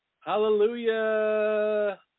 Hallelujah